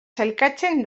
sailkatzen